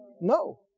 No